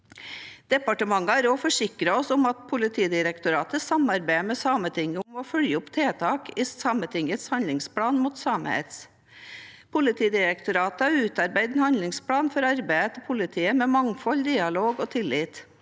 Departementet har også forsikret oss om at Politidirektoratet samarbeider med Sametinget om å følge opp tiltak i Sametingets handlingsplan mot samehets. Politidirektoratet har utarbeidet en handlingsplan for arbeidet til politiet med mangfold, dialog og tillit.